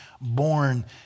born